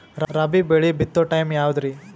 ರಾಬಿ ಬೆಳಿ ಬಿತ್ತೋ ಟೈಮ್ ಯಾವದ್ರಿ?